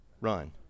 Run